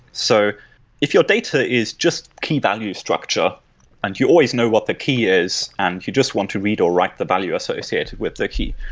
so if your data is just key value structure and you always know what the key is and you just want to read or write the value associated with the key,